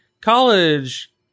college